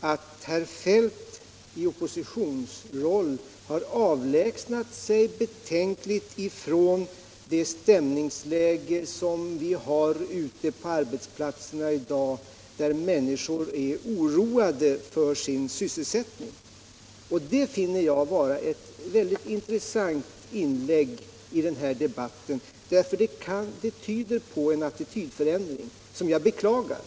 att herr Feldt i sin oppositionsroll har avlägsnat sig betänkligt från det stämningsläge som vi har ute på arbetsplatserna i dag, där människor är oroade för sin sysselsättning. Jag finner detta vara ett synnerligen intressant inlägg i den här debatten därför att det tyder på en attitydförändring, som jag beklagar.